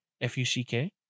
F-U-C-K